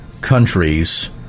countries